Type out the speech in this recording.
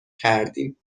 کردیم